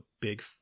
big